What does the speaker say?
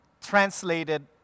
translated